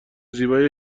زیبایی